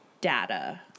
data